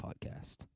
Podcast